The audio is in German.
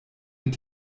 mit